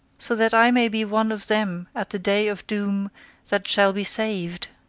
so that i may be one of them at the day of doom that shall be saved